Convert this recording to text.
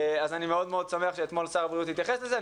אז אני מאוד מאוד שמח שאתמול שר הבריאות התייחס לזה,